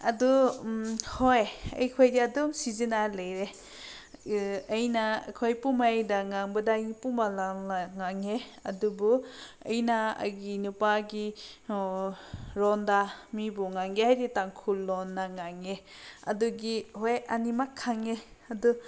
ꯑꯗꯨ ꯍꯣꯏ ꯑꯩꯈꯣꯏꯒꯤ ꯑꯗꯨꯝ ꯁꯤꯖꯤꯟꯅꯔꯒ ꯂꯩꯔꯦ ꯑꯩꯅ ꯑꯩꯈꯣꯏ ꯄꯥꯎꯃꯥꯏꯗ ꯉꯥꯡꯕꯗ ꯑꯩꯅ ꯄꯨꯃꯥ ꯂꯣꯜꯅ ꯉꯥꯡꯉꯦ ꯑꯗꯨꯕꯨ ꯑꯩꯅ ꯑꯩꯒꯤ ꯅꯨꯄꯥꯒꯤ ꯂꯣꯟꯗ ꯃꯤꯕꯨ ꯉꯥꯡꯒꯦ ꯍꯥꯏꯔꯗꯤ ꯇꯥꯡꯈꯨꯜ ꯂꯣꯟꯗ ꯉꯥꯡꯉꯦ ꯑꯗꯨꯒꯤ ꯍꯣꯏ ꯑꯅꯤꯃꯛ ꯈꯪꯉꯦ ꯑꯗꯨ